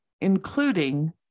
including